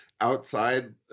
outside